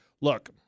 look